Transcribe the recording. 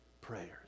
prayers